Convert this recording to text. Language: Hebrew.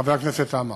חבר הכנסת עמאר,